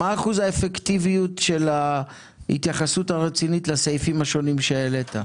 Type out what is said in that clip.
מה אחוז האפקטיביות של ההתייחסות הרצינית לסעיפים השונים שהעלית,